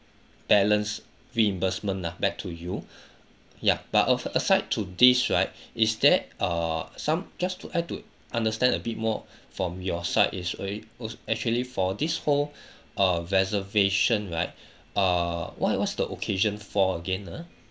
balance reimbursement lah back to you ya but of aside to this right is there err some just to like to understand a bit more from your side is already also actually for this whole uh reservation right err what what's the occasion for again uh